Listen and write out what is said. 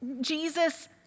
Jesus